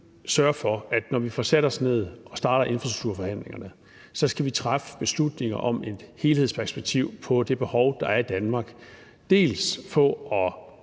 sørge for, at når vi får sat os ned og starter infrastrukturforhandlingerne, skal vi træffe beslutninger om et helhedsperspektiv for det behov, der er i Danmark – dels for at